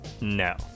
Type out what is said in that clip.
No